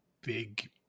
big